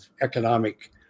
economic